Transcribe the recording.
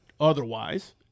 otherwise